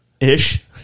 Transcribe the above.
ish